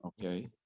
Okay